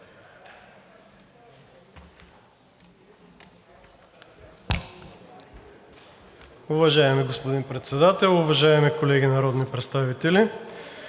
Уважаеми господин Председател, уважаеми колеги народни представители!